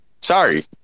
Sorry